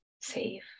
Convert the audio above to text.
safe